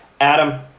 Adam